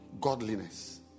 godliness